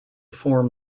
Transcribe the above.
form